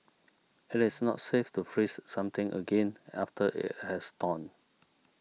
it is not safe to freeze something again after it has thawed